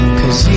cause